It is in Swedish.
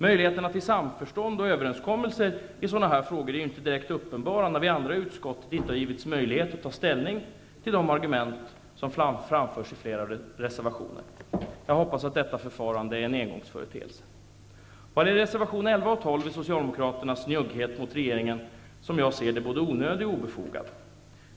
Möjligheterna till samförstånd och överenskommelse i sådana här frågor är ju inte direkt uppenbara, eftersom vi andra i utskottet inte givits möjlighet att ta ställning till de argument som framförs i flera reservationer. Jag hoppas att detta förfarande är en engångsföreteelse. Socialdemokraternas njugghet mot regeringen, som jag ser det, både onödig och obefogad.